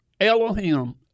Elohim